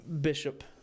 bishop